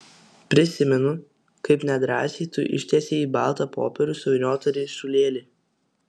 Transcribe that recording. prisimenu kaip nedrąsiai tu ištiesei į baltą popierių suvyniotą ryšulėlį